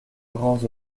grands